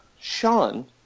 Sean